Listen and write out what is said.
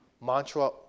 mantra